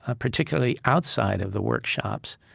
ah particularly outside of the workshops,